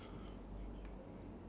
does does he wear a cap